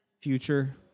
future